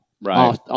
Right